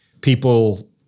people